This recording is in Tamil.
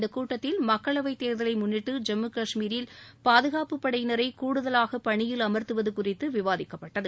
இந்தக் கூட்டத்தில் மக்களவைத் தேர்தலை முன்னிட்டு ஜம்மு காஷ்மீரில் பாதுகாப்புப் படையினரை கூடுதவாக பணியில் அமா்த்துவது குறித்து விவாதிக்கப்பட்டது